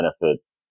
benefits